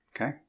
Okay